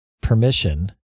permission